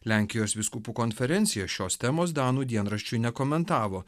lenkijos vyskupų konferencija šios temos danų dienraščiui nekomentavo